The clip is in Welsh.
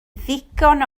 ddigon